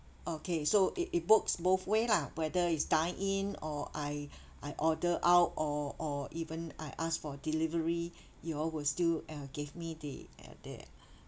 okay so it it works both way lah whether is dine in or I I order out or or even I ask for delivery you all will still uh gave me the uh the